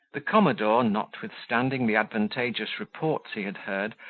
the commodore, notwithstanding the advantageous reports he had heard,